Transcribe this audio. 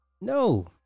no